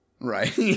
Right